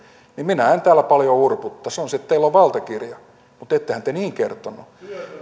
niin minä en täällä paljon urputtaisi sanoisin että teillä on valtakirja mutta ettehän te niin kertoneet